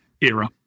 era